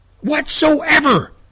whatsoever